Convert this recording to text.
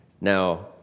Now